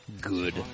Good